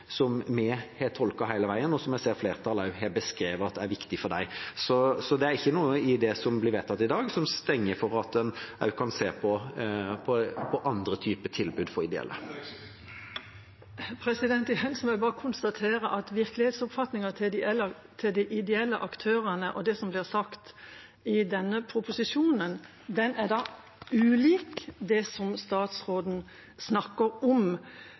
som vi har tolket hele veien, og som jeg ser flertallet også har beskrevet er viktig for dem. Det er ikke noe i det som blir vedtatt i dag, som stenger for at en også kan se på andre typer tilbud fra ideelle. Igjen må jeg bare konstatere at virkelighetsoppfatningen til de ideelle aktørene og det som blir sagt i denne proposisjonen, er ulik det som statsråden snakker om.